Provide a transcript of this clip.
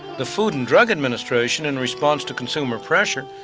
the food and drug administration, in response to consumer pressure,